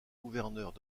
gouverneurs